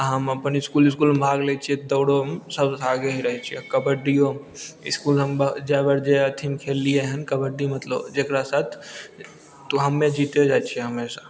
आओर हम अपन इसकुल उसकुलमे भाग लै छिए दौड़ोमे सबसे आगे ही रहै छिए कबड्डिओमे इसकुल हम जाहि बेर जै हथिन खेललिए हँ कबड्डी मतलब जकरा साथ तऽ हमे जितिए जाइ छिए हमेशा